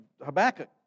Habakkuk